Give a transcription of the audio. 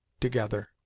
together